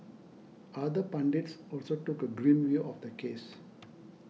other pundits also took a grim view of the case